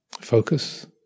focus